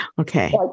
Okay